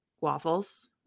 waffles